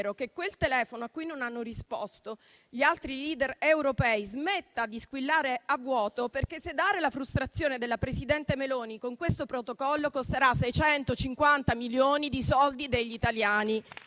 che quel telefono, cui non hanno risposto gli altri *leader* europei, smetta di squillare a vuoto, perché sedare la frustrazione del presidente Meloni con questo Protocollo costerà 650 milioni di soldi degli italiani.